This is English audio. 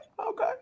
Okay